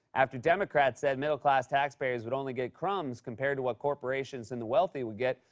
after democrats said middle-class taxpayers would only get crumbs compared to what corporations and the wealthy would get,